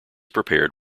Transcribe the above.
prepared